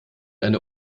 eine